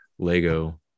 lego